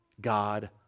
God